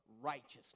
righteousness